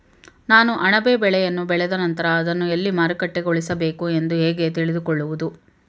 ನಾನು ಅಣಬೆ ಬೆಳೆಯನ್ನು ಬೆಳೆದ ನಂತರ ಅದನ್ನು ಎಲ್ಲಿ ಮಾರುಕಟ್ಟೆಗೊಳಿಸಬೇಕು ಎಂದು ಹೇಗೆ ತಿಳಿದುಕೊಳ್ಳುವುದು?